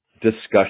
discussion